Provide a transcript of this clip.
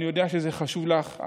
אני יודע שזה חשוב לך,